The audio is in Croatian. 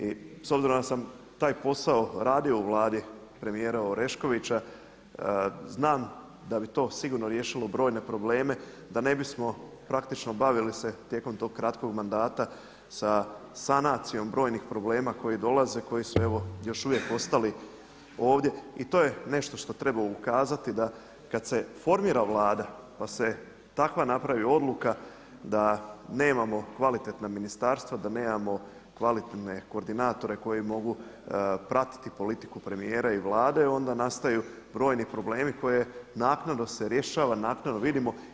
I s obzirom da sam taj posao radio u Vladi premijera Oreškovića znam da bi to sigurno riješilo brojne probleme, da ne bismo praktično bavili se tijekom tog kratkog mandata sa sanacijom brojnih problema koji dolaze, koji su evo još uvijek ostali ovdje i to je nešto što treba ukazati, da kad se formira Vlada pa se takva napravi odluka, da nemamo kvalitetna ministarstva, da nemamo kvalitetne koordinatore koji mogu pratiti politiku premijera i Vlade onda nastaju brojni problemi koje naknadno se rješava, naknadno vidimo.